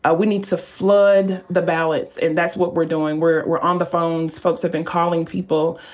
ah we need to flood the ballots, and that's what we're doing. we're we're on the phones. folks have been calling people,